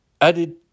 added